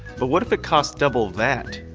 but what if it costs double that?